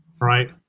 Right